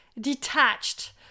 detached